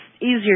easier